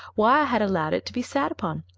why i had allowed it to be sat upon.